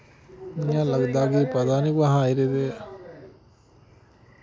इ'यां लगदा कि पता निं कु'त्थै आए रेह् दे